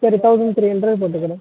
சரி thousand three hundred போட்டுக்குறேன்